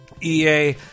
EA